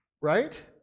right